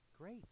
great